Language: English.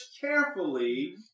carefully